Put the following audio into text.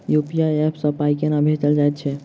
UPI app सँ पाई केना भेजल जाइत छैक?